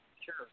Sure